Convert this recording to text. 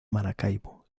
maracaibo